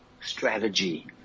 strategy